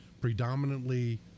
predominantly